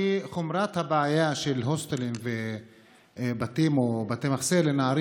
חומרת הבעיה של הוסטלים ובתים או בתי מחסה לנערים